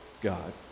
God